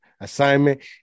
assignment